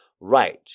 right